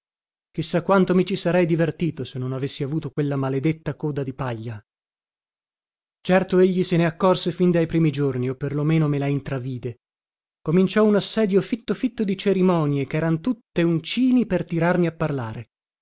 sa quanto mi ci sarei divertito se non avessi avuto quella maledetta coda di paglia certo egli se ne accorse fin dai primi giorni o per lo meno me la intravide cominciò un assedio fitto fitto di cerimonie cheran tutte uncini per tirarmi a parlare